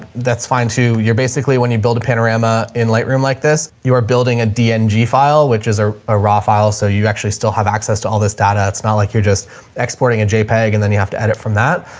that's fine too. you're basically, when you build a panorama in light room like this, you are building a dng and file, which is a raw file. so you actually still have access to all this data. it's not like you're just exporting a jpeg and then you have to edit from that.